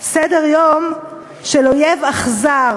סדר-יום של אויב אכזר,